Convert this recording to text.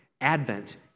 Advent